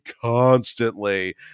constantly